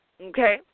okay